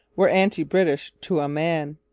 were anti-british to a man.